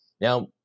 Now